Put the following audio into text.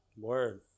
Word